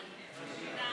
נתקבל.